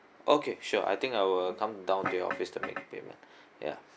okay sure I think I will come down to your office to make payment ya